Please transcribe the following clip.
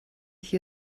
hier